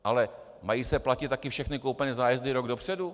Ale mají se platit také všechny koupené zájezdy rok dopředu?